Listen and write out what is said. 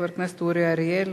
חבר הכנסת אורי אריאל,